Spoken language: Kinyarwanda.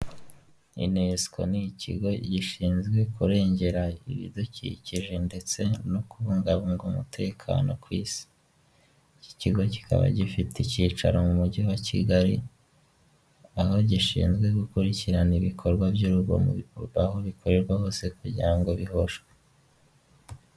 Ni akazu ka emutiyene k'umuhondo, kariho ibyapa byinshi mu bijyanye na serivisi zose za emutiyene, mo imbere harimo umukobwa, ubona ko ari kuganira n'umugabo uje kumwaka serivisi.